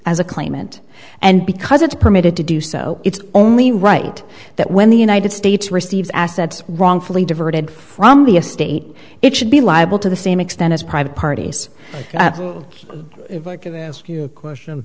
as a claimant and because it's permitted to do so it's only right that when the united states receives assets wrongfully diverted from the estate it should be liable to the same extent as private parties if i could ask you a question